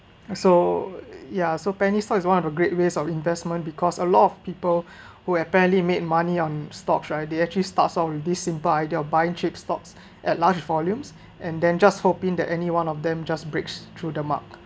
so ya so penny stock is one of the great way of investment because a lot of people who apparently made money on stocks right they actually starts on this simple ideal of buying cheap stocks at large volumes and then just hoping that anyone of them just breaks through the mark